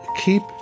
keep